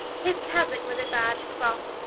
his cassock was a barge-cloth,